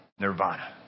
nirvana